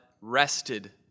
rested